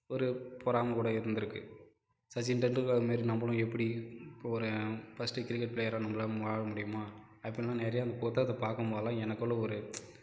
ஒரு பொறாமை கூட இருந்துருக்கு சச்சின் டெண்டுல்கர் மாரி நம்மளும் எப்படி ஒரு ஃபர்ஸ்ட்டு கிரிக்கெட் பிளேயராக நம்மளால் ஆக முடியுமா அப்படின்னு நிறைய அந்தப் புத்தகத்தை பார்க்கும் போதுலாம் எனக்குள்ளே ஒரு